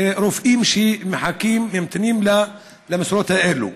רופאים שמחכים וממתינים למשרות האלה.